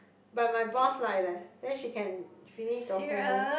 but my boss like leh then she can finish the whole